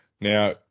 Now